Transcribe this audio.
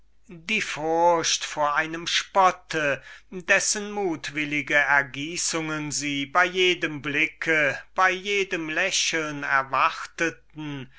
die furcht von einem spott vor dem sie die mutwilligen ergießungen bei jedem blicke bei jedem lächeln erwarteten